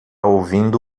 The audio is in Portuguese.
ouvindo